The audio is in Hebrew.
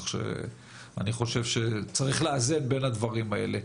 כך שאני חושב שצריך לאזן בין הדברים האלה.